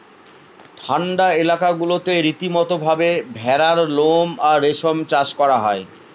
ঠান্ডা এলাকা গুলাতে রীতিমতো ভাবে ভেড়ার লোম আর রেশম চাষ করা হয়